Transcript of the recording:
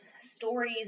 stories